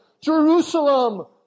Jerusalem